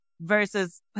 versus